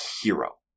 hero